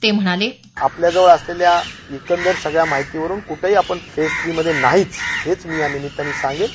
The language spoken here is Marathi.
ते म्हणाले आपल्या जवळ असलेल्या एकंदर सगळ्या माहितीवरून क्ठंही आपण फेज थ्री मध्ये नाहीच हे मी या निमित्तानं सांगेल